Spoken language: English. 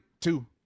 Two